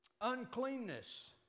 Uncleanness